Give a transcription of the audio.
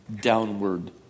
downward